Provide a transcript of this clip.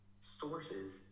sources